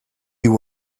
you